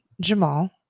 Jamal